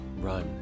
run